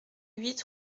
huit